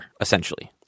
essentially